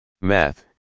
Math